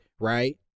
right